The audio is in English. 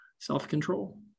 self-control